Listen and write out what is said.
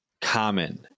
common